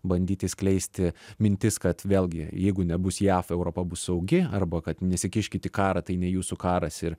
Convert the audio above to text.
bandyti skleisti mintis kad vėlgi jeigu nebus jav europa bus saugi arba kad nesikiškit į karą tai ne jūsų karas ir